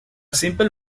simple